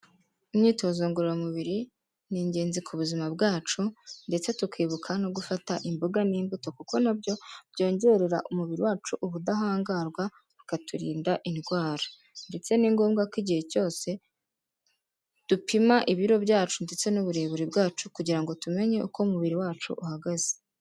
Imyitozo ngororamubiri ni ingenzi ku buzima bwacu ndetse tukibuka no gufata imboga n'imbuto kuko na byo byongerera umubiri wacu ubudahangarwa bikaturinda indwara, ndetse ni ngombwa ko igihe cyose dupima ibiro byacu, ndetse n'uburebure bwacu kugira ngo tumenye uko umubiri wacu uhagaze.